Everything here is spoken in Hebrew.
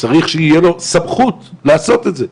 צריך שתהיה לו סמכות לעשות את זה.